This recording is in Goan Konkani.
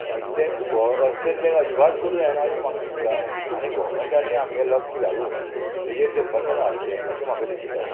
अशे ते गो अश तर ते अजिबात करूं जायना अशें म्हाका दिसता आनी गोवमेंटांनी आमगे लक्ष घालून तेजेर तें बंदन हाडचें अशें म्हाका दिसता